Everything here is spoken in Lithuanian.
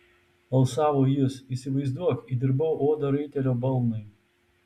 alsavo jis įsivaizduok įdirbau odą raitelio balnui